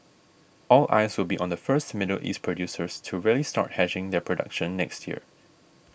all eyes will be on the first Middle East producers to really start hedging their production next year